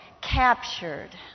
captured